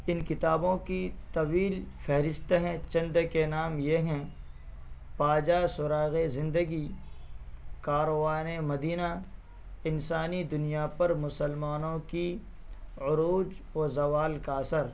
ان کتابوں کی طویل فہرست ہے چند کے نام یہ ہیں پا جا سراغ زندگی کاروان مدینہ انسانی دنیا پر مسلمانوں کی عروج و زوال کا اثر